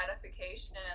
gratification